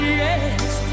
yes